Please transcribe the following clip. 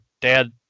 dad